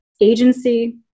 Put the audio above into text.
agency